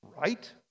Right